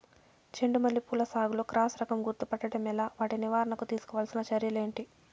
చెండు మల్లి పూల సాగులో క్రాస్ రకం గుర్తుపట్టడం ఎలా? వాటి నివారణకు తీసుకోవాల్సిన చర్యలు ఏంటి?